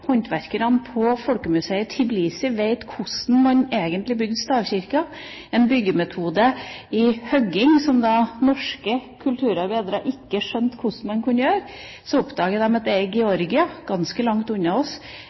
håndverkerne på folkemuseet i Tbilisi vet hvordan man egentlig bygger stavkirker, ved en byggemetode og hogging som norske kulturarbeidere ikke skjønte hvordan man kunne få til. De oppdager at i Georgia – ganske langt unna oss